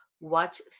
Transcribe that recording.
Watch